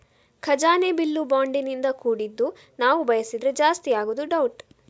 ಖಜಾನೆ ಬಿಲ್ಲು ಬಾಂಡಿನಿಂದ ಕೂಡಿದ್ದು ನಾವು ಬಯಸಿದ್ರೆ ಜಾಸ್ತಿ ಆಗುದು ಡೌಟ್